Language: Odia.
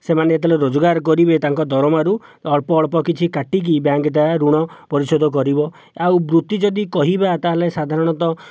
ସେମାନେ ଯେତେବେଳେ ରୋଜଗାର କରିବେ ତାଙ୍କ ଦରମାରୁ ଅଳ୍ପ ଅଳ୍ପ କିଛି କାଟିକି ବ୍ୟାଙ୍କ ତା' ଋଣ ପରିଶୋଧ କରିବ ଆଉ ବୃତ୍ତି ଯଦି କହିବା ତାହେଲେ ସାଧାରଣତଃ